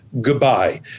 goodbye